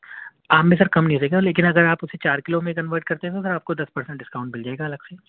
آم میں سر کم نہیں رہے گا لیکن اگر آپ اُسے چار کلو میں کنورٹ کرتے ہیں سر تو آپ کو دس پرسینٹ ڈسکاؤنٹ مِل جائے گا الگ سے